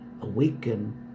awaken